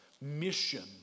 mission